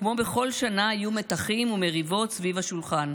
וכמו בכל שנה יהיו מתחים ומריבות סביב השולחן,